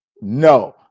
No